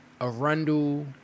Arundel